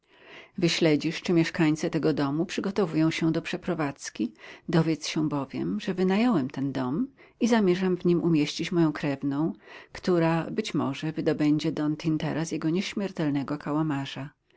wyśledzisz czy mieszkańcy tego domu przygotowują się do przeprowadzki dowiedz się bowiem że wynająłem ten dom i zamierzam w nim umieścić moją krewną która być może wydobędzie don tintera z jego nieśmiertelnego kałamarza